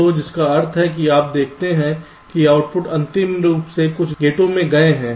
तो जिसका अर्थ है कि आप देखते हैं कि आउटपुट अंतिम रूप से कुछ गेटों से गए हैं